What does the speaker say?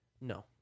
No